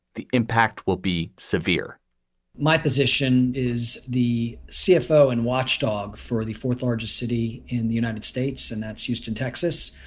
the impact will be severe my position is the cfo and watchdog for the fourth largest city in the united states, and that's houston, texas.